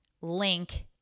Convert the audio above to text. link